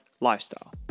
lifestyle